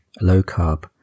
low-carb